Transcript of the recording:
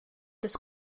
this